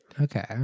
okay